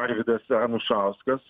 arvydas anušauskas